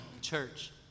church